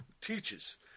teaches